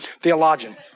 Theologian